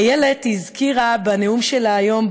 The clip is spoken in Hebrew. איילת הזכירה בנאום שלה היום,